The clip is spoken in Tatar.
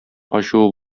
ачуы